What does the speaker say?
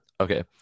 Okay